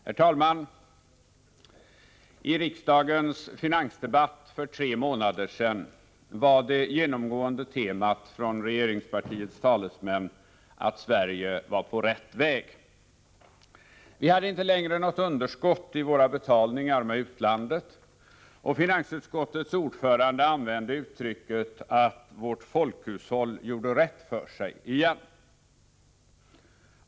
Herr talman! I riksdagens finansdebatt för tre månader sedan var det grundläggande temat från regeringspartiets talesmän att Sverige var på rätt väg. Vi hade inte längre något underskott i våra betalningar med utlandet och finansutskottets ordförande använde uttrycket att vårt folkhushåll ”gjorde rätt för sig” igen.